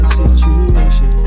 situation